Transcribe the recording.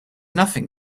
nothing